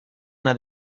una